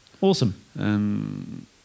Awesome